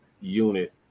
unit